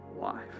life